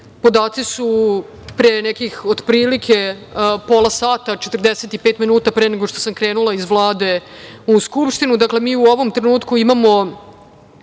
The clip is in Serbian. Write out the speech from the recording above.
Podaci su od pre nekih, otprilike, pola sata, 45 minuta pre nego što sam krenula iz Vlade u Skupštinu. Dakle, mi u ovom trenutku imamo